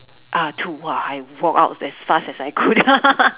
uh two !wah! I walked out as fast as I could